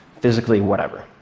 physically, whatever.